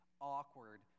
awkward